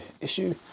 issue